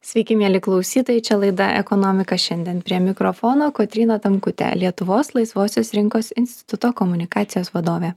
sveiki mieli klausytojai čia laida ekonomika šiandien prie mikrofono kotryna tamkutė lietuvos laisvosios rinkos instituto komunikacijos vadovė